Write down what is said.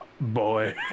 boy